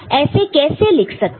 ऐसे कैसे लिख सकते हो